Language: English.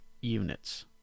units